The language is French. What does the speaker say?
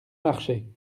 marché